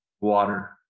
water